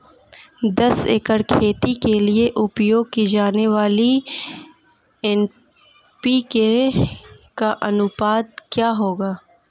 दस एकड़ खेती के लिए उपयोग की जाने वाली एन.पी.के का अनुपात क्या होगा?